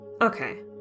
Okay